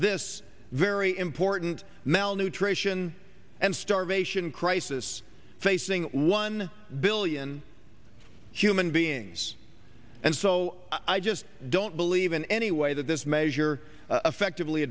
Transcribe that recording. this very important malnutrition and starvation crisis facing one billion human beings and so i just don't believe in any way that this measure affective